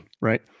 right